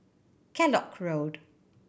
Kellock Road